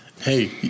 Hey